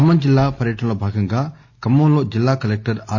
ఖమ్మం జిల్లా పర్యటనలో భాగంగా ఖమ్మంలో జిల్లా కలెక్టర్ ఆర్